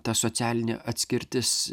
ta socialinė atskirtis